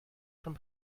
from